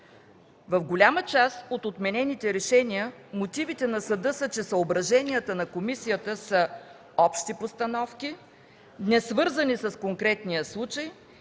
В голяма част от отменените решения мотивите на съда са, че съображенията на съда са общи постановки, несвързани с конкретния случай,